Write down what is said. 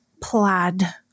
plaid